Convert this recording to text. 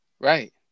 Right